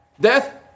Death